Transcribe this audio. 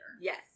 Yes